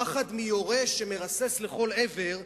פחד מיורה שמרסס לכל עבר,